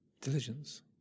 Diligence